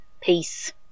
Peace